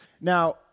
Now